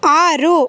ಆರು